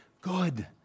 Good